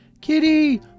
Kitty